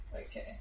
Okay